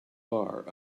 bar